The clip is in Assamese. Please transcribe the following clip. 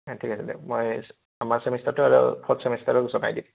ঠিক আছে দিয়ক মই আমাৰ ছেমিষ্টাৰটো আৰু ফৰ্থ ছেমিষ্টাৰক জনাই দিম